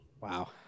Wow